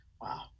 Wow